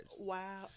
Wow